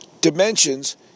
dimensions